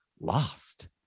lost